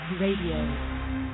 Radio